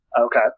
Okay